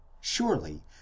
Surely